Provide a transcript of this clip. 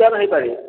down ହୋଇପାରେ